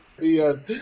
Yes